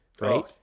right